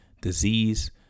disease